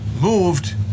moved